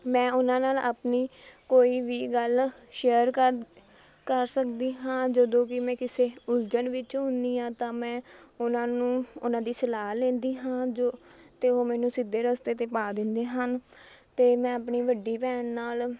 ਮੈਂ ਉਹਨਾਂ ਨਾਲ਼ ਆਪਣੀ ਕੋਈ ਵੀ ਗੱਲ ਸ਼ੇਅਰ ਕਰ ਕਰ ਸਕਦੀ ਹਾਂ ਜਦੋਂ ਕਿ ਮੈਂ ਕਿਸੇ ਉਲਝਣ ਵਿੱਚ ਹੁੰਦੀ ਹਾਂ ਤਾਂ ਮੈਂ ਉਹਨਾਂ ਨੂੰ ਉਹਨਾਂ ਦੀ ਸਲਾਹ ਲੈਂਦੀ ਹਾਂ ਜੋ ਅਤੇ ਉਹ ਮੈਨੂੰ ਸਿੱਧੇ ਰਸਤੇ 'ਤੇ ਪਾ ਦਿੰਦੇ ਹਨ ਅਤੇ ਮੈਂ ਆਪਣੀ ਵੱਡੀ ਭੈਣ ਨਾਲ਼